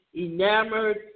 enamored